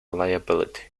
liability